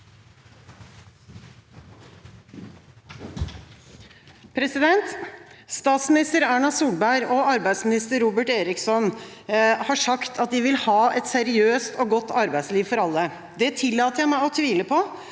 Statsminister Erna Solberg og arbeidsminister Robert Eriksson har sagt at de vil ha et seriøst og godt arbeidsliv for alle. Det tillater jeg meg å tvile på,